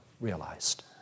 realized